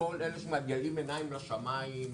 וכל אלה שמגלגלים עיניים לשמיים,